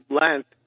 length